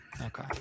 Okay